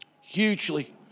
hugely